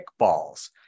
Kickballs